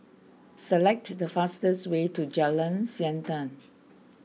select the fastest way to Jalan Siantan